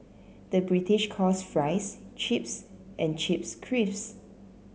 the British calls fries chips and chips crisps